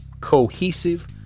cohesive